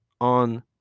on